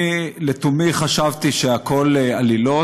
אני לתומי חשבתי שהכול עלילות,